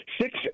six